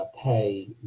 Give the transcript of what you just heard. Pay